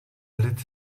lid